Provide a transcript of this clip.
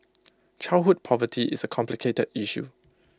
childhood poverty is A complicated issue